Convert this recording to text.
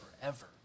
forever